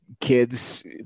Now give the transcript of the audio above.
kids